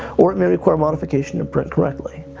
or it might require modification to print correctly.